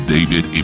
David